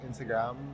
Instagram